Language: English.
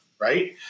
Right